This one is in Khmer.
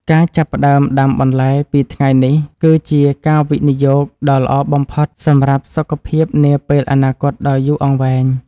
ការចាប់ផ្តើមដាំបន្លែពីថ្ងៃនេះគឺជាការវិនិយោគដ៏ល្អបំផុតសម្រាប់សុខភាពនាពេលអនាគតដ៏យូរអង្វែង។